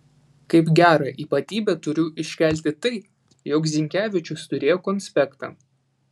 kaip gerą ypatybę turiu iškelti tai jog zinkevičius turėjo konspektą